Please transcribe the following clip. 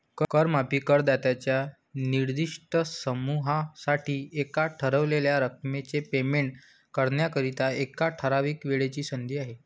कर माफी करदात्यांच्या निर्दिष्ट समूहासाठी एका ठरवलेल्या रकमेचे पेमेंट करण्याकरिता, एका ठराविक वेळेची संधी आहे